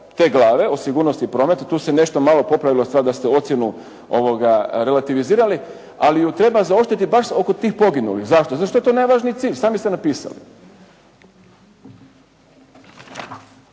te glave o sigurnosti prometa, tu se nešto malo popravila stvar da ste ocjenu relativizirali, ali ju treba zaoštriti baš oko tih poginulih. Zašto? Zato što je to najvažniji cilj, sami ste napisali.